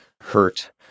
hurt